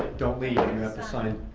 don't leave, you have to sign.